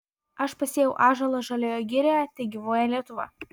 aš pasėjau ąžuolą žalioje girioje tegyvuoja lietuva